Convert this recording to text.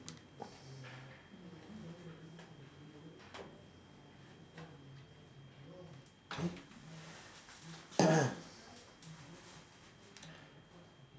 eh